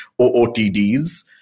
OOTDs